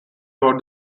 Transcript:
about